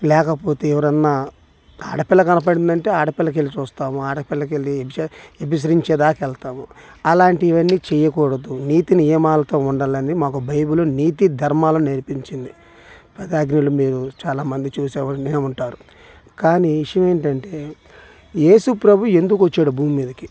లేకపోతే ఎవరైనా ఆడపిల్ల కనపడింది అంటే ఆడపిల్లకెళ్ళి చూస్తాము ఆడపిల్లకెళ్ళి విసిగించే దాకా వెళతాము అలాంటివి అన్నీ చేయకూడదు నీతి నియమాలతో ఉండాలని మాకు బైబుల్ నీతి ధర్మాలను నేర్పించింది అభాగ్యులు మేము చాలా మంది చూసే వినే ఉంటారు కానీ విషయం ఏంటంటే ఏసు ప్రభువు ఎందుకు వచ్చాడు భూమి మీదకి